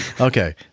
Okay